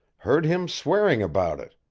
heard him swearing about it.